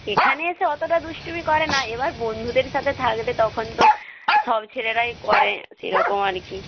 এখানে এসে অতটা দুষ্টুমি করে না এবার বন্ধুদের সাতে থাকলে তখন তো সব ছেলেরাই করে সেরকম আর কি